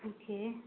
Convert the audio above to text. okay